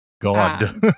God